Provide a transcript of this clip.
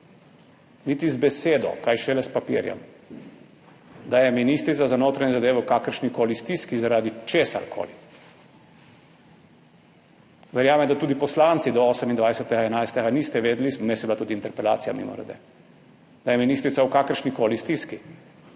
niti z besedo, kaj šele s papirjem, da je ministrica za notranje zadeve v kakršnikoli stiski zaradi česarkoli. Verjamem, da tudi poslanci do 28. 11. niste vedeli – vmes je bila tudi interpelacija, mimogrede –, da je ministrica v kakršnikoli stiski